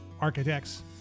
architects